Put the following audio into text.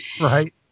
Right